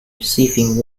receiving